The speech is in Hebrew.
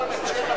רגע,